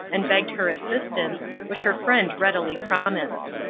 and begged her assistance, which her friend readily promised.